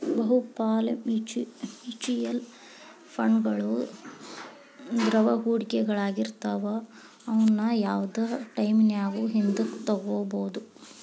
ಬಹುಪಾಲ ಮ್ಯೂಚುಯಲ್ ಫಂಡ್ಗಳು ದ್ರವ ಹೂಡಿಕೆಗಳಾಗಿರ್ತವ ಅವುನ್ನ ಯಾವ್ದ್ ಟೈಮಿನ್ಯಾಗು ಹಿಂದಕ ತೊಗೋಬೋದು